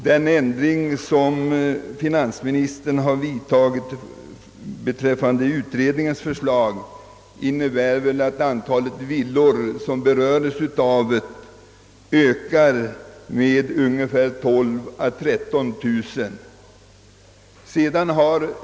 Den ändring som finansministern vidtagit i utredningens förslag innebär att antalet berörda villor ökar med ungefär 12 000 å 13 000.